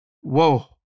Whoa